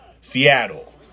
Seattle